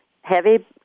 heavy